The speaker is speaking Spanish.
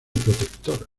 protector